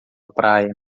praia